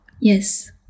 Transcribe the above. Yes